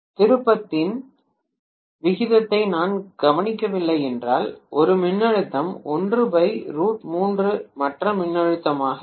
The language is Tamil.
திருப்பத்தின் விகிதத்தை நான் கவனிக்கவில்லை என்றால் ஒரு மின்னழுத்தம் மற்ற மின்னழுத்தமாக இருக்கும்